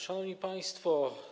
Szanowni Państwo!